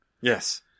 Yes